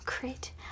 great